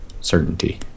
certainty